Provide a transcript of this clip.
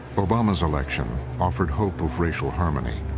obama's election offered hope of racial harmony.